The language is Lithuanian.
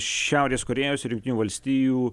šiaurės korėjos ir jungtinių valstijų